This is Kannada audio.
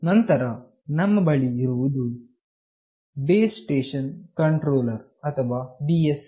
ನಂತರ ನಮ್ಮ ಬಳಿ ಇರುವುದು ಬೇಸ್ ಸ್ಟೇಷನ್ ಕಂಟ್ರೋಲರ್ ಅಥವಾ BSC